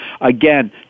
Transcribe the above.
Again